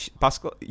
Pascal